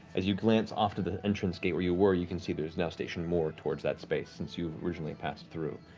as you glance off to the entrance gate where you were, you can see there's now stationed more towards that space, since you originally passed through.